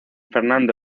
fernando